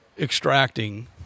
extracting